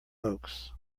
oaks